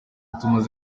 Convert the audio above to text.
tumaze